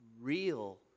real